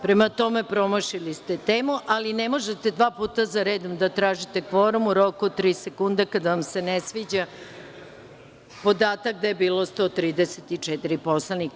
Prema tome, promašili ste temu, ali ne možete dva puta za redom da tražite kvorum u roku od tri sekunde kada vam se ne sviđa podatak da je bilo 134 poslanika.